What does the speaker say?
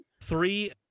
three